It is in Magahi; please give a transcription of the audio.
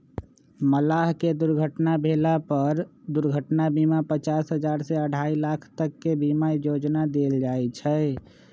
मलाह के दुर्घटना भेला पर दुर्घटना बीमा पचास हजार से अढ़ाई लाख तक के बीमा योजना देल जाय छै